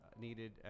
needed